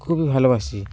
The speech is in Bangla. খুবই ভালোবাসি